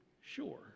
sure